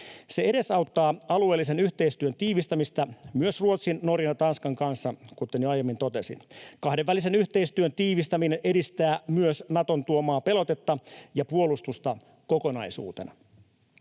Se edesauttaa alueellisen yhteistyön tiivistämistä myös Ruotsin, Norjan ja Tanskan kanssa, kuten jo aiemmin totesin. Kahdenvälisen yhteistyön tiivistäminen edistää myös Naton tuomaa pelotetta ja puolustusta kokonaisuutena.